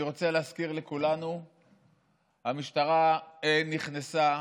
אני רוצה להזכיר לכולנו שהמשטרה נכנסה,